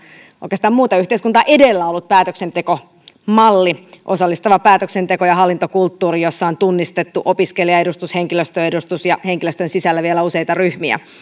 oikeastaan muuta yhteiskuntaa edellä ollut päätöksentekomalli osallistava päätöksenteko ja hallintokulttuuri jossa on tunnistettu opiskelijaedustus henkilöstön edustus ja henkilöstön sisällä vielä useita ryhmiä